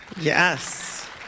Yes